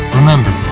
Remember